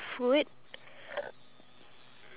then you say mine is wrong